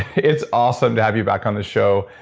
it's awesome to have you back on the show.